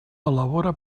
elabora